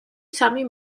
სამი